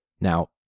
Now